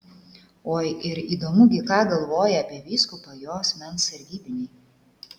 oi ir įdomu gi ką galvoja apie vyskupą jo asmens sargybiniai